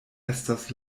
estas